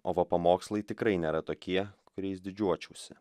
o va pamokslai tikrai nėra tokie kuriais didžiuočiausi